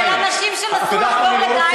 של אנשים שנסעו לחבור ל"דאעש" ותפסו אותם.